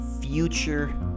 future